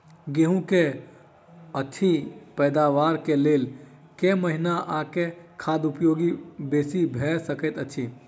गेंहूँ की अछि पैदावार केँ लेल केँ महीना आ केँ खाद उपयोगी बेसी भऽ सकैत अछि?